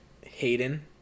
Hayden